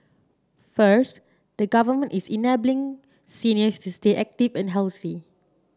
first the Government is enabling seniors to stay active and healthy